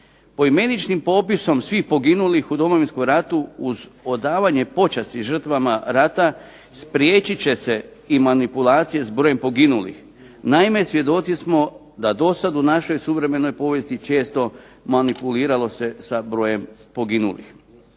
Poimeničnim popisom svih poginulih u Domovinskom ratu uz odavanje počasti žrtvama rata spriječit će se i manipulacije s brojem poginulih. Naime, svjedoci smo da dosad u našoj suvremenoj povijesti često manipuliralo se sa brojem poginulih.